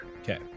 okay